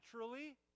naturally